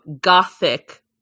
gothic